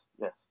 yes